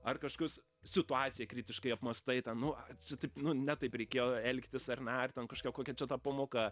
ar kažkius situaciją kritiškai apmąstai tą nu cia taip nu ne taip reikėjo elgtis ar ne ar ten kažkia kokia čia ta pamoka